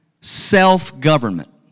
self-government